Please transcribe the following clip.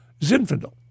Zinfandel